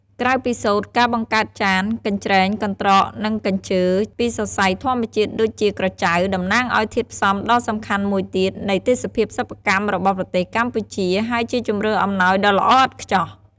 ក្រៅពីសូត្រ ការបង្កើតចាន កញ្រ្ចែង កន្រ្តក និងកញ្ជើរពីសរសៃធម្មជាតិដូចជាក្រចៅ តំណាងឱ្យធាតុផ្សំដ៏សំខាន់មួយទៀតនៃទេសភាពសិប្បកម្មរបស់ប្រទេសកម្ពុជា ហើយជាជម្រើសអំណោយដ៏ល្អឥតខ្ចោះ។